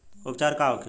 उपचार का होखे?